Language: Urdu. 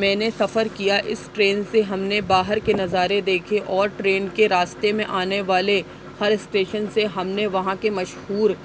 میں نے سفر کیا اس ٹرین سے ہم نے باہر کے نظارے دیکھے اور ٹرین کے راستے میں آنے والے ہر اسٹیشن سے ہم نے وہاں کے مشہور